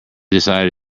decided